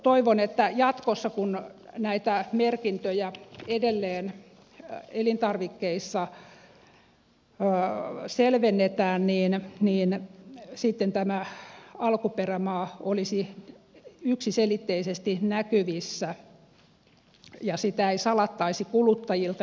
toivon että jatkossa kun näitä merkintöjä edelleen elintarvikkeissa selvennetään niin sitten tämä alkuperämaa olisi yksiselitteisesti näkyvissä ja sitä ei salattaisi kuluttajilta